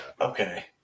Okay